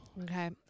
Okay